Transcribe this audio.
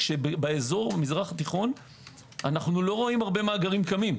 באזור המזרח התיכון אנו לא רואים הרבה מאגרים קמים.